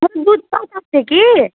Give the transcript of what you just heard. दुध पत्ला थियो कि